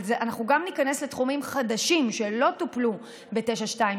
אבל אנחנו גם ניכנס לתחומים חדשים שלא טופלו ב-922,